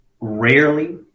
rarely